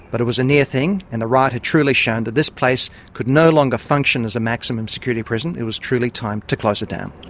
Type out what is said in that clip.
but it was a near thing, and the riot had truly shown that this place could no longer function as a maximum security prison, it was truly time to close it down.